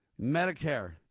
Medicare